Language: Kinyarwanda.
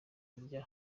kurya